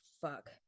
fuck